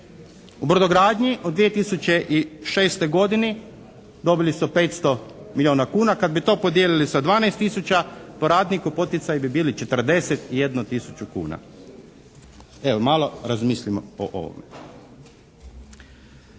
U brodogradnji od 2006. godini dobili su 500 milijuna kuna. Kad bi to podijelili sa 12 tisuća po radniku poticaji bi bili 41 tisuću kuna. Evo, malo razmislimo o ovome.